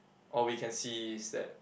all we can see is that